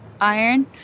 iron